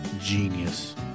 Genius